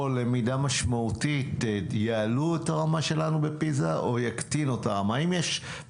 או למידה משמעותית יעלו את הרמה שלנו בפיזה או יקטינו את הרמה?